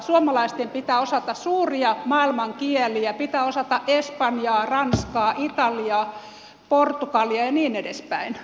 suomalaisten pitää osata suuria maailmankieliä pitää osata espanjaa ranskaa italiaa portugalia ja niin edespäin